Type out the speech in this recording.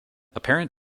apparent